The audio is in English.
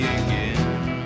again